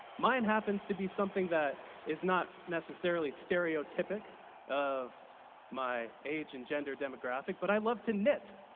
mine happens to be something that is not necessarily stereotypic of my age and gender demographic, but i love to knit.